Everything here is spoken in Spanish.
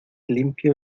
limpio